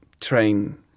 train